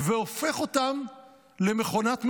והופך אותם למכונת מלחמה.